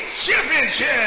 Championship